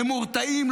הם מורתעים,